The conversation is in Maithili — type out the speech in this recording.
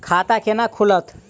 खाता केना खुलत?